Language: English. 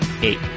eight